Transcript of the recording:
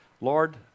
Lord